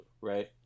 right